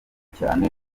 cyane